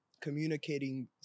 Communicating